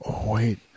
wait